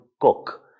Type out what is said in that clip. cook